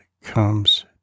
comes